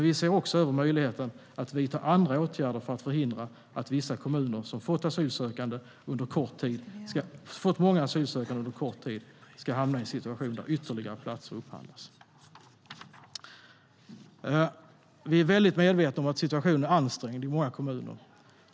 Vi ser också över möjligheten att vidta andra åtgärder för att förhindra att vissa kommuner som fått många asylsökande under kort tid ska hamna i en situation där ytterligare platser upphandlas. Vi är väl medvetna om att situationen är ansträngd i många kommuner.